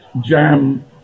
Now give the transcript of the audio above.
jam